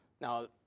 Now